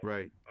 Right